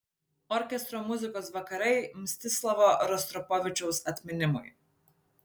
orkestro muzikos vakarai mstislavo rostropovičiaus atminimui